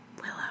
Willow